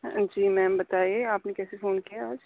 جی ma'am بتائیے آپ نے کیسے فون کیا آج